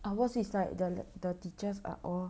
ours is like the the teachers are all